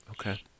Okay